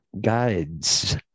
guides